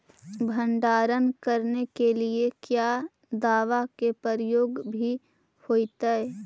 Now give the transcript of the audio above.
भंडारन करने के लिय क्या दाबा के प्रयोग भी होयतय?